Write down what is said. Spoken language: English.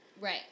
Right